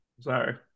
Sorry